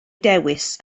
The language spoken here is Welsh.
dewis